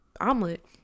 omelet